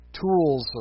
tools